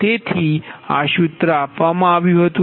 તેથી આ સૂત્ર આપવામાં આવ્યું હતું